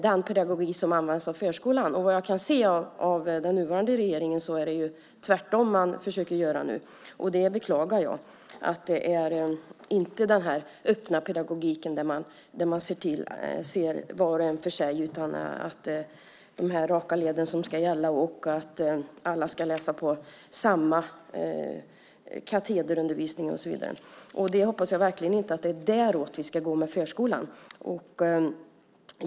Vad jag kan se försöker den nuvarande regeringen göra tvärtom nu, och jag beklagar att det inte är en öppen pedagogik där man ser var och en för sig utan att det är de raka leden som ska gälla och att alla ska ha samma katederundervisning. Jag hoppas verkligen inte att det är åt det hållet som vi ska gå med förskolan.